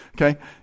Okay